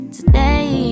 Today